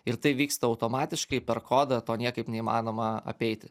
ir tai vyksta automatiškai per kodą to niekaip neįmanoma apeiti